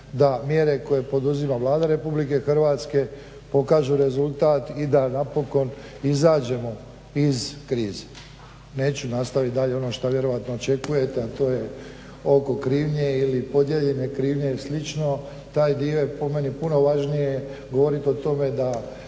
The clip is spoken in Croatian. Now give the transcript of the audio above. da mjere koje poduzima Vlada Republike Hrvatske pokažu rezultat i da napokon izađemo iz krize. Neću nastavit dalje ono što vjerojatno očekujete, a to je oko krivnje ili podijeljene krivnje ili slično. Taj dio je po meni puno važnije govorit o tome da